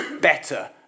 better